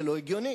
זה לא הגיוני.